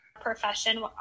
profession